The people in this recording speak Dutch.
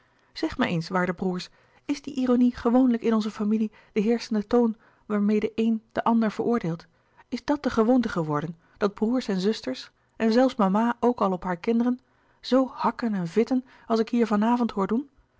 zeg mij eens waarde broêrs is die ironie gewoonlijk in onze familie de heerschende toon waarmeê de een den ander veroordeelt is dat de gewoonte geworden dat broêrs en zusters en zelfs mama ook al op haar kinderen zoo hakken en vitten als ik hier van avond hoor doen